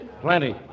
Plenty